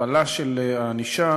הכפלת הענישה